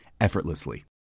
effortlessly